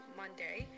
monday